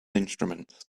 instruments